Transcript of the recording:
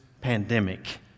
pandemic